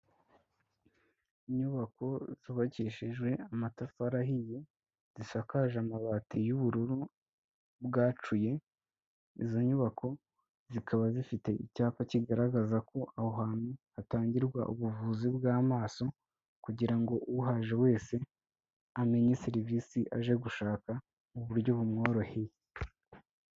Inyubako zubakishijwe amatafari ahiye, zisakaje amabati yubururu bwacuye, izo nyubako zikaba zifite icyapa kigaragaza ko aho hantu hatangirwa ubuvuzi bw'amaso, kugira ngo uhaje wese amenye serivisi aje gushaka mu buryo bumworoheye.